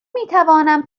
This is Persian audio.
میتوانم